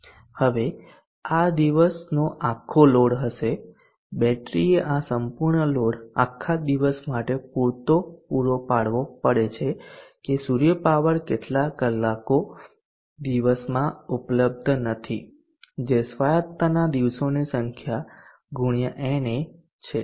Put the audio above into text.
હવે આ દિવસનો આખો લોડ હશે અને બેટરીએ આ સંપૂર્ણ લોડ આખા દિવસ માટે પૂરતો પૂરો પાડવો પડે છે કે સૂર્ય પાવર કેટલા કલાકો દિવસમાં ઉપલબ્ધ નથી જે સ્વાયતતાના દિવસોની સંખ્યા ગુણ્યા na છે